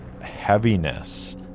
heaviness